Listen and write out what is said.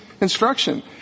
instruction